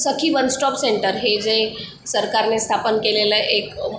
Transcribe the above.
सखी one stop centre हे जे सरकारने स्थापन केलेलं एक